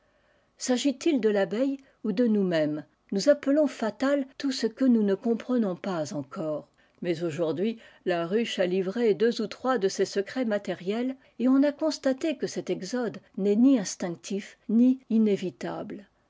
s'agit-il de l'abeille ou de nous-mêmes nous appelons fatal tout ce que naus ne comprenons cas encore mais aujourd'hui la ruche a livré fleux ou trois de ses secrets matériels et on a constaté que cet exode n'est ni instinctif ni inévitable